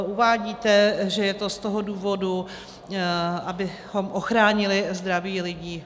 Uvádíte, že je to z toho důvodu, abychom ochránili zdraví lidí.